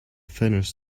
finished